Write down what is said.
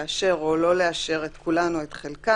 לאשר או לא לאשר את כולן או את חלקן,